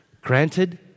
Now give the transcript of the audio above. Granted